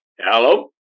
Hello